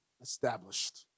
established